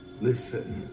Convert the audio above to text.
Listen